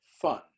fun